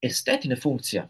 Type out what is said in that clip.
estetinė funkcija